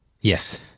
Yes